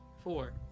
four